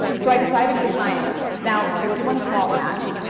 so i decided to sign on. now, there was one small catch.